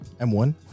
M1